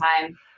time